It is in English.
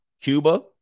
Cuba